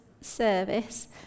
service